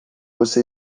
você